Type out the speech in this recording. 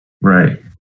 Right